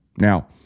Now